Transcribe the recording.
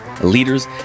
leaders